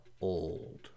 old